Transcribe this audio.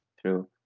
true